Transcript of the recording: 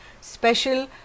special